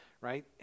right